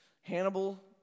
Hannibal